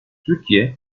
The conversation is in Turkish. türkiye